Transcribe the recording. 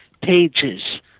pages